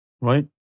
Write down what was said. right